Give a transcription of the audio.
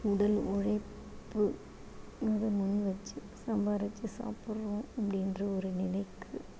உடல் உழைப்பு அதை முன்வச்சு சம்பாதிச்சு சாப்பிட்றோம் அப்படின்ற ஒரு நிலைக்கு